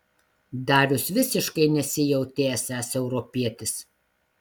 darius visiškai nesijautė esąs europietis